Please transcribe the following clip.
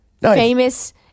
famous